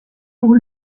pour